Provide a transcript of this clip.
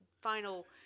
final